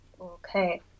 Okay